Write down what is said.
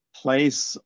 place